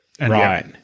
Right